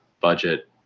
budget